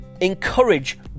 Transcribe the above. encourage